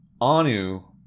Anu